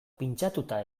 pintxatuta